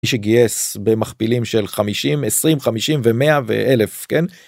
שגייס במכפילים של 50 20 50 ו100 ואלף כן.